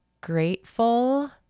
Grateful